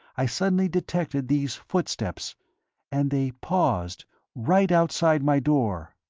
i suddenly detected these footsteps and they paused right outside my door.